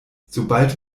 sobald